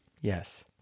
yes